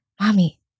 mommy